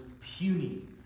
puny